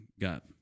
got